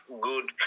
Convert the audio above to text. good